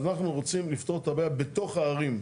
אנחנו רוצים לפתור את הבעיה בתוך הערים,